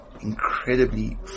incredibly